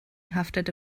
haftete